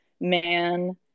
man